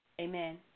Amen